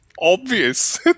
obvious